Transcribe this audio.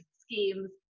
schemes